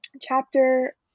chapter